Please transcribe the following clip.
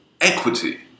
equity